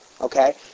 Okay